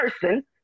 person